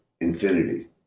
infinity